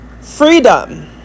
Freedom